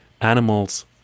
animals